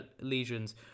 lesions